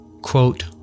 quote